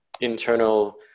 internal